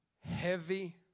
Heavy